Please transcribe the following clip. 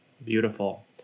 Beautiful